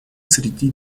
среди